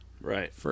Right